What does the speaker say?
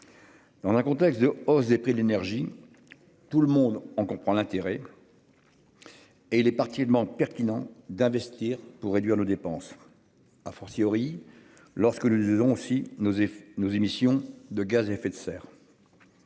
Dans un contexte de hausse des prix de l'énergie. Tout le monde. On comprend l'intérêt. Et les partis partiellement pertinent d'investir pour réduire nos dépenses. A fortiori lorsque le disons si nous et nos émissions de gaz à effet de serre.